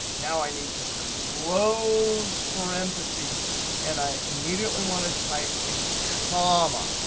now i need to close parentheses and i immediately want to type a comma.